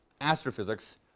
astrophysics